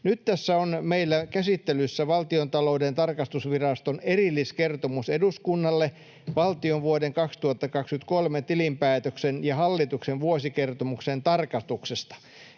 Nyt tässä on meillä käsittelyssä Valtiontalouden tarkastusviraston erilliskertomus eduskunnalle valtion vuoden 2023 tilinpäätöksen ja hallituksen vuosikertomuksen tarkastuksesta.